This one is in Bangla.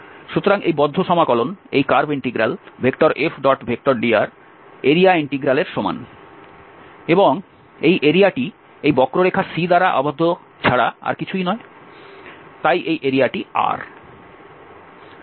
সুতরাং এই বদ্ধ সমাকলন এই curve integral F⋅dr area integral এর সমান এবং এই এরিয়াটি এই বক্ররেখা C দ্বারা আবদ্ধ ছাড়া আর কিছুই নয় তাই এই এরিয়াটি R